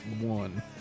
one